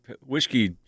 Whiskey